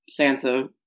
Sansa